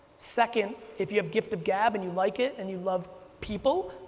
second, if you have gift of gab and you like it and you love people,